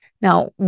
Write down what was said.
Now